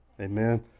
Amen